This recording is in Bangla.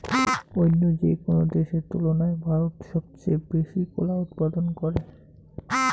অইন্য যেকোনো দেশের তুলনায় ভারত সবচেয়ে বেশি কলা উৎপাদন করে